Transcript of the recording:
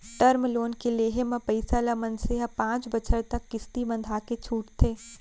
term loan के लेहे म पइसा ल मनसे ह पांच बछर तक किस्ती बंधाके छूटथे